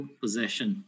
possession